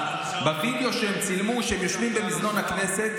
בווידאו שהם צילמו שהם יושבים במזנון הכנסת,